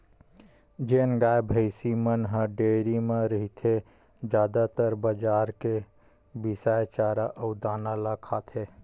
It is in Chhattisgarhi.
जेन गाय, भइसी मन ह डेयरी म रहिथे जादातर बजार के बिसाए चारा अउ दाना ल खाथे